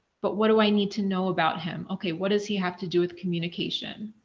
but what do i need to know about him. okay, what does he have to do with communication?